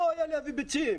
לא היה להביא ביצים.